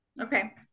Okay